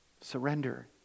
surrender